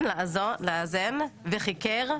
הראש, ולאזן, וחיקר,